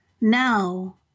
now